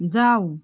जाऊ